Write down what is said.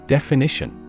Definition